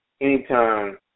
anytime